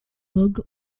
vogue